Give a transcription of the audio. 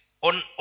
on